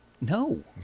no